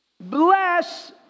Bless